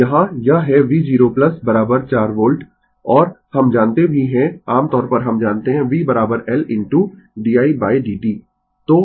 तो यहाँ यह है v0 4 वोल्ट और हम जानते भी है आम तौर पर हम जानते है v L into di dt